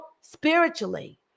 spiritually